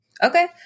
Okay